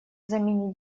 заменить